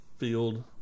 Field